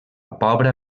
pobra